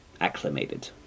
acclimated